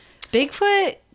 Bigfoot